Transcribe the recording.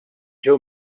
ġew